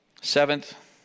seventh